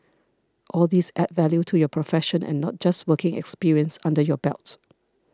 all these add value to your profession and not just working experience under your belt